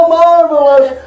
marvelous